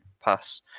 pass